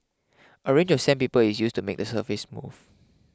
a range of sandpaper is used to make the surface smooth